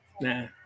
Nah